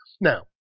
Now